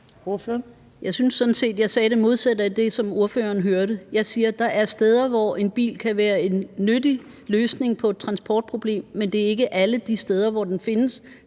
Jeg synes sådan set, jeg sagde det modsatte af det, som spørgeren hørte. Jeg siger, at der er steder, hvor en bil kan være en nyttig løsning på et transportproblem, men det er ikke alle de steder, hvor den findes,